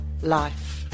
life